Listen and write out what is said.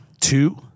Two